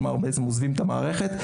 כלומר, עוזבים את המערכת.